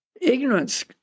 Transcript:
ignorance